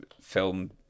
film